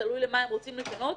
תלוי מה הם רוצים לשנות,